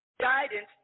guidance